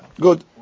Good